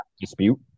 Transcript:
dispute